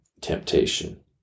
temptation